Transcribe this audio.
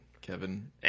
Kevin